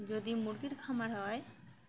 যদি মুরগির খামার হয়